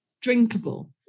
drinkable